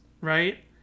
right